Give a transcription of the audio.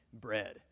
bread